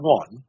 one